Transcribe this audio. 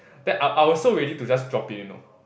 then I I was so ready to just dropped it you know